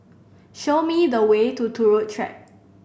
show me the way to Turut Track